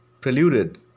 preluded